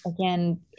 again